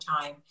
time